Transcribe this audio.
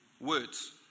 words